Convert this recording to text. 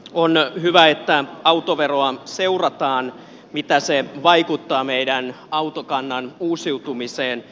on hyvä että autoveroa seurataan miten se vaikuttaa meidän autokannan uusiutumiseen